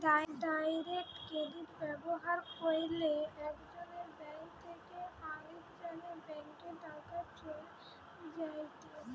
direct credit ব্যবহার কইরলে একজনের ব্যাঙ্ক থেকে আরেকজনের ব্যাংকে টাকা চলে যায়েটে